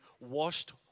washed